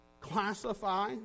classify